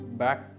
back